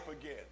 again